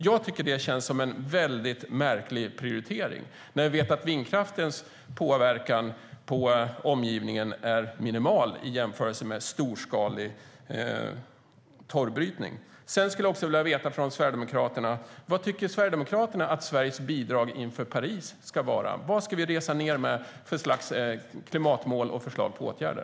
Jag tycker att det känns som en väldigt märklig prioritering när vi vet att vindkraftens påverkan på omgivningen är minimal i jämförelse med storskalig torvbrytning. Sedan skulle jag också vilja veta från Sverigedemokraterna vad ni tycker att Sveriges bidrag i Paris ska vara. Vad ska vi resa ned med för slags klimatmål och förslag på åtgärder?